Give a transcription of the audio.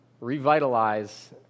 revitalize